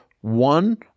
one